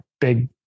big